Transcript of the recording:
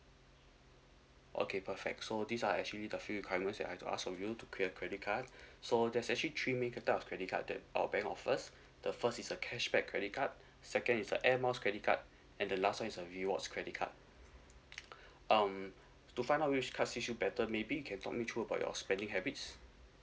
okay perfect so these are actually the few requirements that I've to ask for you to create a credit card so there's actually three main types of credit card that our bank offers the first is a cashback credit card second is a Air Miles credit card and the last one is a rewards credit card um to find out which card suits you better maybe you can talk me through about your spending habits